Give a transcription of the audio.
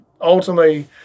ultimately